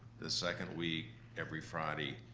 the second week every friday,